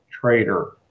trader